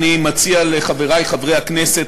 אני מציע לחברי חברי הכנסת,